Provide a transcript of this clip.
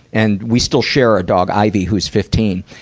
and we still share a dog, ivy, who's fifteen.